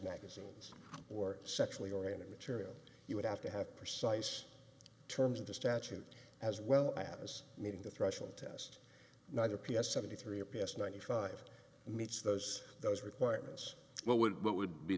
magazines or sexually oriented material you would have to have purcell yes terms of the statute as well as meeting the threshold test neither p s seventy three a p s ninety five meets those those requirements what would what would be